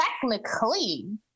technically